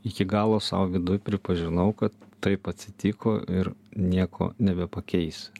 iki galo sau viduj pripažinau kad taip atsitiko ir nieko nebepakeisi